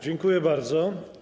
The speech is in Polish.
Dziękuję bardzo.